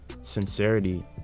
sincerity